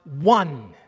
one